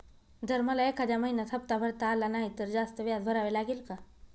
जर मला एखाद्या महिन्यात हफ्ता भरता आला नाही तर जास्त व्याज भरावे लागेल का?